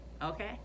Okay